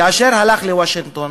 כאשר הלך לוושינגטון,